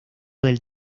del